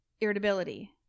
irritability